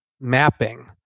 mapping